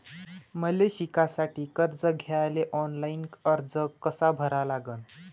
मले शिकासाठी कर्ज घ्याले ऑनलाईन अर्ज कसा भरा लागन?